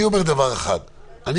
אני רוצה לפתוח את העסקים,